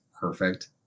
perfect